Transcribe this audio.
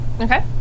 Okay